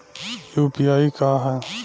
UPI का ह?